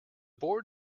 board